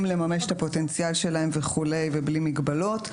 לממש את הפוטנציאל שלהם וכו' ובלי מגבלות.